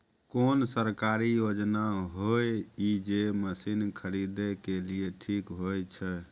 कोन सरकारी योजना होय इ जे मसीन खरीदे के लिए ठीक होय छै?